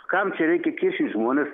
kam čia reikia kiršyt žmones